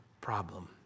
problem